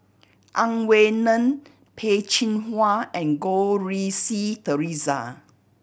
Ang Wei Neng Peh Chin Hua and Goh Rui Si Theresa